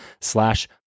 slash